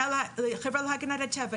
"חברה להגנת הטבע",